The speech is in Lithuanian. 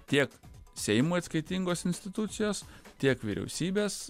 tiek seimui atskaitingos institucijos tiek vyriausybės